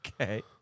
Okay